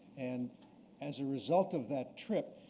and as a result of that trip,